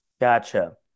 Gotcha